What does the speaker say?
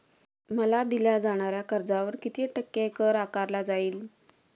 मला दिल्या जाणाऱ्या कर्जावर किती टक्के कर आकारला जाईल?